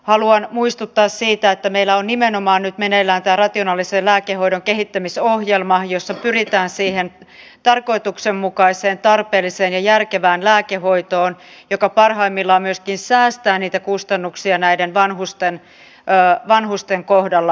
haluan muistuttaa siitä että meillä on nimenomaan nyt meneillään tämä rationaalisen lääkehoidon kehittämisohjelma jossa pyritään siihen tarkoituksenmukaiseen tarpeelliseen ja järkevään lääkehoitoon joka parhaimmillaan myöskin säästää niitä kustannuksia näiden vanhusten kohdalla